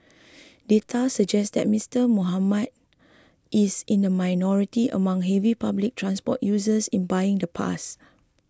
data suggest that Mister Muhammad is in the minority among heavy public transport users in buying the pass